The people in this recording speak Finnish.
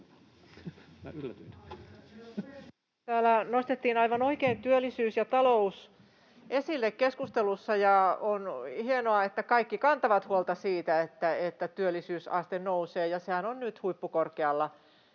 Täällä nostettiin aivan oikein työllisyys ja talous esille keskustelussa, ja on hienoa, että kaikki kantavat huolta siitä, että työllisyysaste nousee, ja sehän on nyt huippukorkealla.